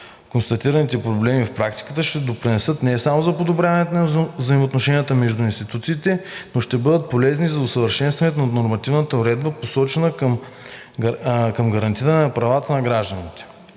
констатираните проблеми в практиката, ще допринесат не само за подобряване на взаимодействието между институциите, но ще бъдат полезни и за усъвършенстване на нормативната уредба, насочена към гарантиране на правата на гражданите.